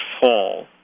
fall